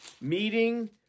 meeting